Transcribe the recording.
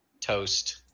Toast